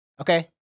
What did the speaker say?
Okay